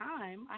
time